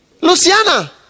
Luciana